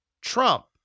Trump